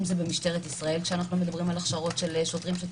אם זה במשטרת ישראל כשאנחנו מדברים על כך שצריך הכשרות של שוטרים,